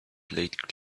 blade